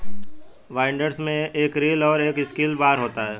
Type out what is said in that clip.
binders में एक reel और एक सिकल बार होता है